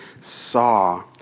saw